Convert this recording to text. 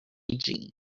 gee